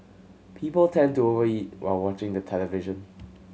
people tend to over eat while watching the television